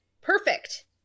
perfect